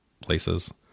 places